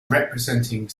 representing